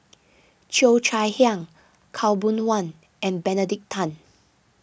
Cheo Chai Hiang Khaw Boon Wan and Benedict Tan